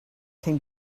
can